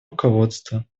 руководство